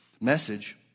message